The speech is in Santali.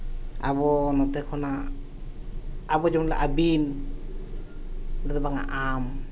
ᱟᱵᱚ ᱱᱚᱛᱮ ᱠᱷᱚᱱᱟᱜ ᱟᱵᱚ ᱡᱮᱢᱚᱱ ᱟᱹᱵᱤᱱ ᱫᱚ ᱵᱟᱝᱟ ᱟᱢ